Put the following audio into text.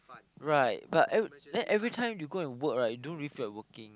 right but eve~ then everytime you go and work right you don't really feel like working